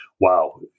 wow